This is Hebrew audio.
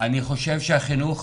אני חושב שהחינוך